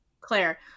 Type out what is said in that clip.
Claire